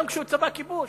גם כשהוא צבא כיבוש.